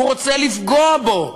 הוא רוצה לפגוע בו.